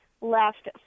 left